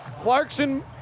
Clarkson